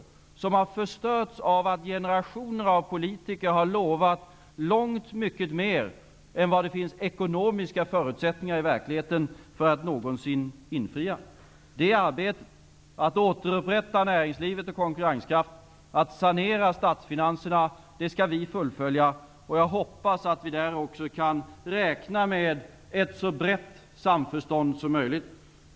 Dessa har förstörts av att generationer av politiker har lovat långt mycket mer än vad det finns ekonomiska förutsättningar för att någonsin infria. Arbetet med att återupprätta näringslivets konkurrenskraft och att sanera statsfinanserna skall vi fullfölja. Jag hoppas att vi där också kan räkna med ett så brett samförstånd som möjligt.